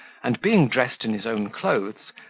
and, being dressed in his own clothes,